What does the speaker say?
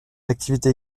activités